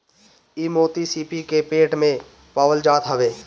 इ मोती सीपी के पेट में पावल जात हवे